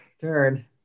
turn